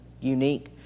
unique